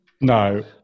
No